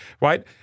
right